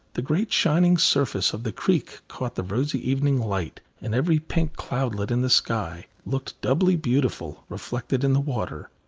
the great shining surface of the creek caught the rosy evening light, and every pink cloudlet in the sky looked doubly beautiful reflected in the water.